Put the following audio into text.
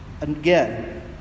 again